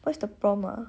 what's the prompt ah